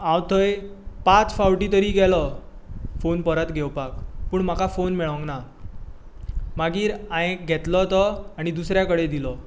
हांव थंय पांच फावटीं तरी गेलो फोन परत घेवपाक पूण म्हाका फोन परत मेळोंक ना मागीर हांयेन घेतलो तो आनी दुसऱ्या कडेन दिलो